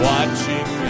Watching